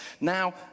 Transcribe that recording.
Now